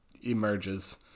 emerges